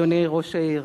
אדוני ראש העיר,